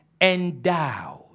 Endowed